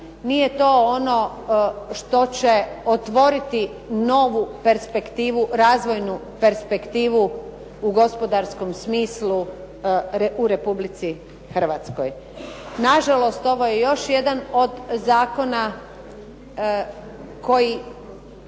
nije to ono što će otvoriti novu perspektivu, razvojnu perspektivu u gospodarskom smislu u Republici Hrvatskoj. Nažalost ovo je još jedan od zakona koji